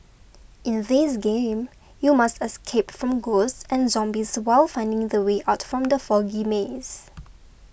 in this game you must escape from ghosts and zombies while finding the way out from the foggy maze